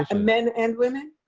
ah men and women?